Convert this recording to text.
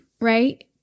right